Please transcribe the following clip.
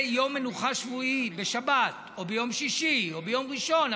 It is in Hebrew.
יום מנוחה שבועי בשבת או ביום שישי או ביום ראשון,